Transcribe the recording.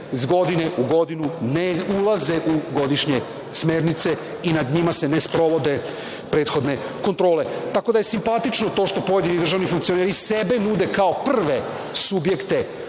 iz godine u godinu ne ulaze u godišnje smernice i nad njima se ne sprovode prethodne kontrole. Tako da je simpatično to što pojedini državni funkcioneri sebe nude kao prve subjekte